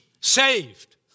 saved